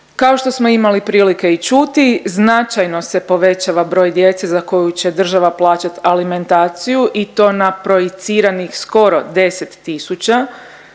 Kao što smo imali i prilike i čuti, značajno se povećava broj djece za koju će država plaćat alimentaciju i to na projiciranih skoro 10